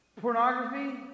Pornography